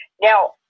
Now